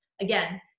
again